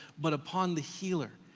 but upon the healer,